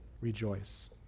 rejoice